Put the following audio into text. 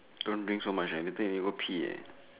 don't drink so much eh later you go pee eh